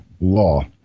law